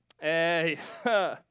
hey